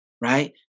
right